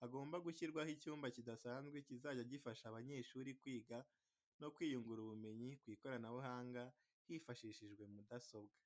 hagomba gushyirwaho icyumba kidasanzwe kizajya gifasha abanyeshuri kwiga no kwiyungura ubumenyi ku ikoranabuhanga hifashishijwe mudasobwa.